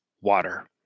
water